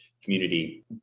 community